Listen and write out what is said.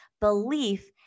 belief